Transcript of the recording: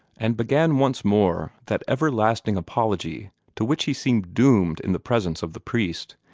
and began once more that everlasting apology to which he seemed doomed in the presence of the priest.